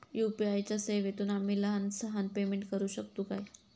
UPI च्या सेवेतून आम्ही लहान सहान पेमेंट करू शकतू काय?